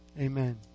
Amen